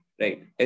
right